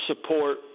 support